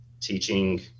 teaching